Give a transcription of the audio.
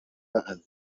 azi